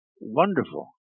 wonderful